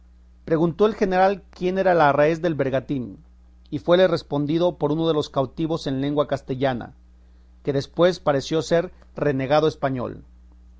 preguntó el general quién era el arráez del bergantín y fuele respondido por uno de los cautivos en lengua castellana que después pareció ser renegado español